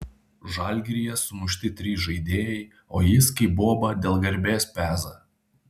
žalgiryje sumušti trys žaidėjai o jis kaip boba dėl garbės peza